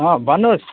अँ भन्नुहोस्